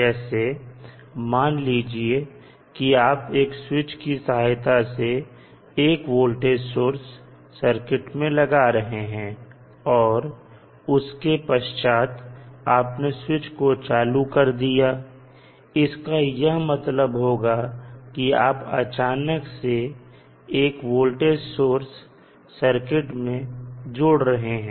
जैसे मान लीजिए कि आप एक स्विच की सहायता से 1 वोल्टेज सोर्स सर्किट में लगा रहे हैं और उसके पश्चात आपने स्विच को चालू कर दिया इसका यह मतलब होगा कि आप अचानक से 1 वोल्टेज सोर्स सर्किट में जोड़ रहे हैं